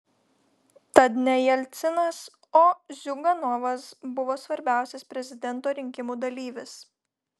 tad ne jelcinas o ziuganovas buvo svarbiausias prezidento rinkimų dalyvis